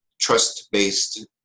trust-based